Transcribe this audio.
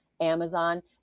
Amazon